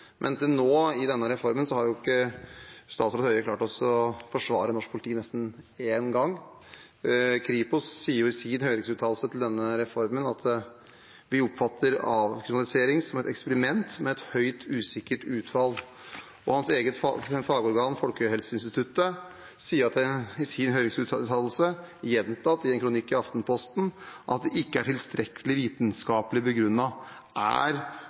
Men til nå i denne reformen har ikke statsråd Høie klart å forsvare norsk politi nesten én gang. Kripos sier i sin høringsuttalelse til denne reformen: «Vi oppfatter avkriminalisering som et eksperiment med et høyst usikkert utfall.» Statsrådens eget fagorgan Folkehelseinstituttet sier i sin høringsuttalelse, gjentatt i en kronikk i Aftenposten, at det ikke er tilstrekkelig vitenskapelig begrunnet. Er